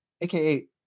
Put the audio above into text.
AKA